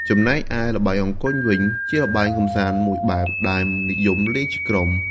ចំណែកឯល្បែងអង្គញ់វិញ ជាល្បែងកម្សាន្តមួយបែបដែលនិយមលេងជាក្រុម។